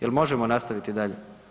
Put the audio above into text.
Jel možemo nastaviti dalje?